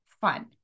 fun